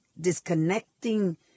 disconnecting